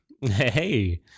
Hey